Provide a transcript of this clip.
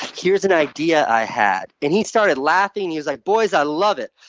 here's an idea i had. and he started laughing. he was like, boys, i love it.